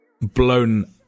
blown